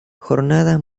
jornada